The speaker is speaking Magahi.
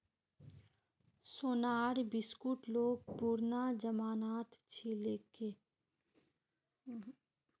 सोनार बिस्कुट लोग पुरना जमानात लीछीले